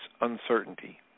uncertainty